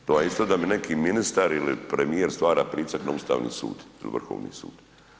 To vam je isto da bi neki ministar ili premijer stvara pritisak na Ustavni sud ili Vrhovni sud.